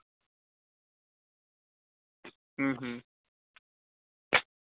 अं हं